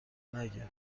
نگه